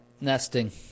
nesting